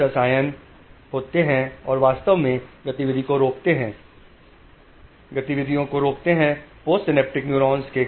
कुछ रसायन जाते हैं और वास्तव में गतिविधि को रोकते हैं गतिविधि को रोकते हैं पोस्ट सिनैप्टिक न्यूरॉन के कारण